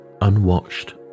unwatched